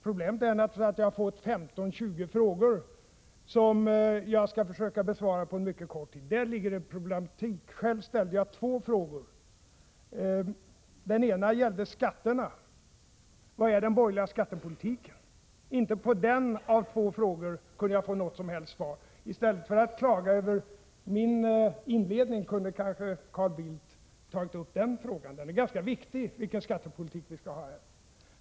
Problemet är naturligtvis att jag har fått 15-20 frågor att försöka besvara på mycket kort tid. Däri ligger en problematik. Själv ställde jag två frågor. Den ena gällde skatterna: Vilken är den borgerliga skattepolitiken? Inte på den frågan av två kunde jag få något som helst svar. I stället för att klaga över min inledning kunde kanske Carl Bildt ha tagit upp den frågan. Den är ganska viktig — vilken skattepolitik vi skall ha.